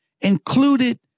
Included